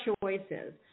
choices